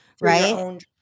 Right